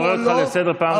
אני באמת לא צריך עזרה.